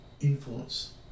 influence